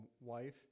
wife